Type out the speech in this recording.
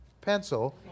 pencil